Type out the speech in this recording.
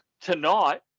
tonight